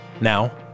Now